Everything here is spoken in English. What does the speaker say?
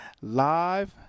live